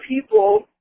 people